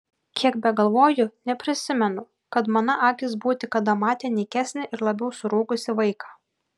kiek begalvoju neprisimenu kad mana akys būti kada matę nykesnį ir labiau surūgusį vaiką